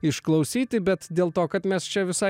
išklausyti bet dėl to kad mes čia visai